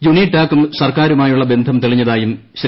യൂണിടാക്കും സർക്കാരുമായുള്ള ബന്ധം തെളിഞ്ഞതായും ശ്രീ